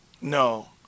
No